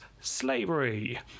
slavery